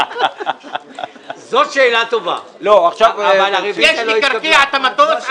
יש לקרקע את המטוס.